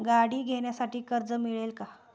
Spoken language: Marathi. गाडी घेण्यासाठी कर्ज मिळेल का?